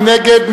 מי נגד?